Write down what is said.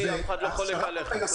אף אחד לא חולק עליך.